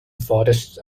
forests